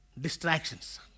distractions